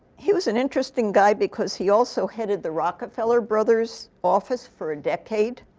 he was an interesting guy because he also headed the rockefeller brothers office for a decade